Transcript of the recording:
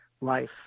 life